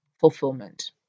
fulfillment